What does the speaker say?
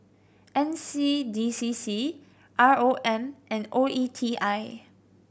N C D C C R O M and O E T I